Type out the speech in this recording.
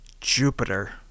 Jupiter